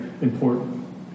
important